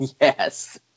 Yes